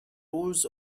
rules